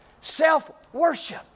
self-worship